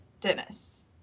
Dennis